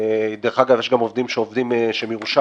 דרך אגב, יש גם עובדים שהם ירושלמים,